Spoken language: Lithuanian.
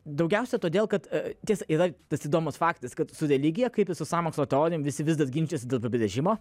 daugiausia todėl kad jis yra tas įdomus faktas kad su religija kaip ir su sąmokslo teorijomis visi vis dar ginčijasi dėl apibrėžimo